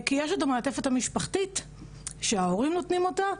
כי יש את המעטפת המשפחתית שההורים נותנים אותה,